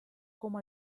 como